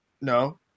no